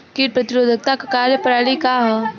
कीट प्रतिरोधकता क कार्य प्रणाली का ह?